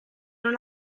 non